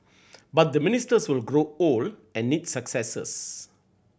but the ministers will grow old and need successors